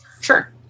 Sure